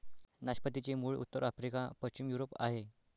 नाशपातीचे मूळ उत्तर आफ्रिका, पश्चिम युरोप आहे